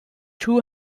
two